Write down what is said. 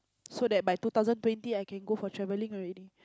so that by two thousand twenty I can go for travelling already